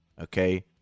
Okay